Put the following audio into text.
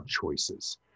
choices